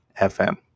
FM